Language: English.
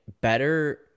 better